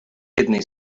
jednej